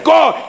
God